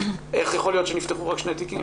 איך יכול להיות שנפתחו רק שני תיקים?